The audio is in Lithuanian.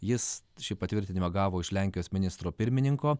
jis šį patvirtinimą gavo iš lenkijos ministro pirmininko